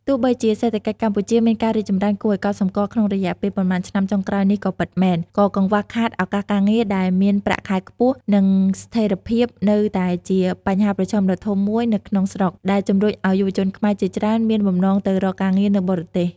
ទោះបីជាសេដ្ឋកិច្ចកម្ពុជាមានការរីកចម្រើនគួរឱ្យកត់សម្គាល់ក្នុងរយៈពេលប៉ុន្មានឆ្នាំចុងក្រោយនេះក៏ពិតមែន ក៏កង្វះខាតឱកាសការងារដែលមានប្រាក់ខែខ្ពស់ និងស្ថេរភាពនៅតែជាបញ្ហាប្រឈមដ៏ធំមួយនៅក្នុងស្រុក ដែលជំរុញឱ្យយុវជនខ្មែរជាច្រើនមានបំណងទៅរកការងារនៅបរទេស។